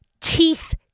teeth